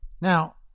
Now